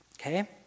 Okay